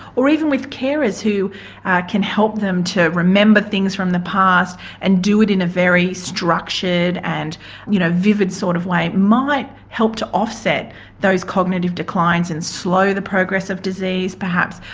or even with carers who can help them to remember things from the past and do it in a very structured and you know vivid sort of way might help to offset those cognitive declines and slow the progress of disease perhaps,